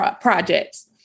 projects